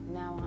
now